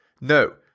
No